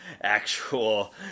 actual